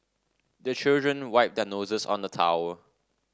the children wipe their noses on the towel